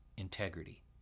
integrity